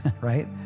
right